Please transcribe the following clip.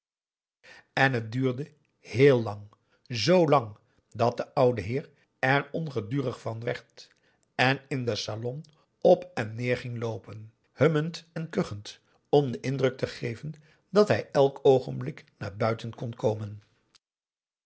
en het duurde heel lang zoo lang dat de oude heer er ongedurig van werd en in den salon op en neer ging loopen hemmend en kuchend om den indruk te geven dat hij elk oogenblik naar buiten kon komen